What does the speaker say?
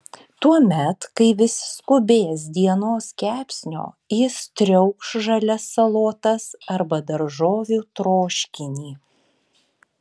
tuomet kai visi skubės dienos kepsnio jis triaukš žalias salotas arba daržovių troškinį